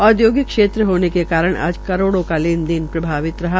औदयोगिक क्षेत्र होने के कार आज करोड़ो का लेने देन प्रभावित रहा